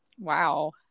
wow